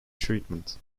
treatment